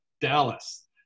Dallas